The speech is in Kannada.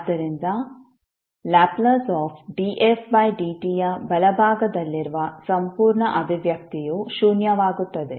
ಆದ್ದರಿಂದ Ldfdtಯ ಬಲಭಾಗದಲ್ಲಿರುವ ಸಂಪೂರ್ಣ ಅಭಿವ್ಯಕ್ತಿಯು ಶೂನ್ಯವಾಗುತ್ತದೆ